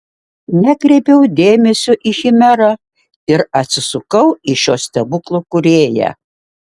nekreipiau dėmesio į chimerą ir atsisukau į šio stebuklo kūrėją